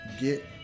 get